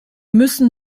müssen